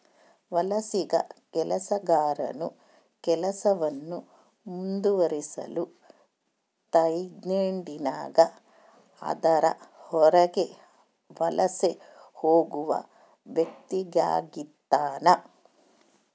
ವಲಸಿಗ ಕೆಲಸಗಾರನು ಕೆಲಸವನ್ನು ಮುಂದುವರಿಸಲು ತಾಯ್ನಾಡಿನಾಗ ಅದರ ಹೊರಗೆ ವಲಸೆ ಹೋಗುವ ವ್ಯಕ್ತಿಆಗಿರ್ತಾನ